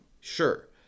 sure